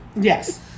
Yes